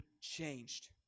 changed